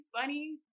funny